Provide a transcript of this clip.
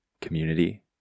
community